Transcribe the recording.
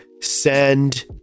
Send